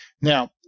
Now